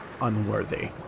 unworthy